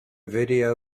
video